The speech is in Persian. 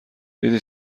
دیدی